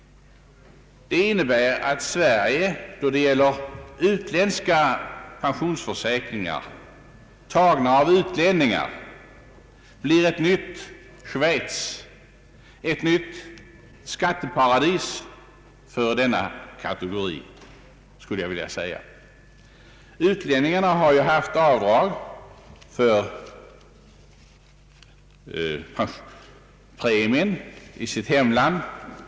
Effekten blir att Sverige när det gäller utländska pensionsförsäkringar tagna av utlänningar blir ett nytt Schweiz — ett nytt skatteparadis — för denna kategori. Den utländske medborgaren har kunnat göra avdrag för premien i sitt hemland.